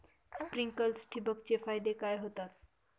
Sprinklers ठिबक चे फायदे काय होतात?